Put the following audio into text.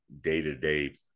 day-to-day